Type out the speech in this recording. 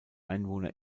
einwohner